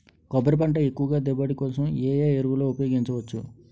కొబ్బరి పంట ఎక్కువ దిగుబడి కోసం ఏ ఏ ఎరువులను ఉపయోగించచ్చు?